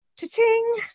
cha-ching